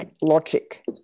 logic